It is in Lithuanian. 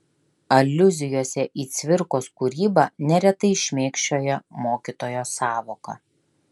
aliuzijose į cvirkos kūrybą neretai šmėkščioja mokytojo sąvoka